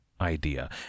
idea